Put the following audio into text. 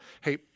hey